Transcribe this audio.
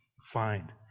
find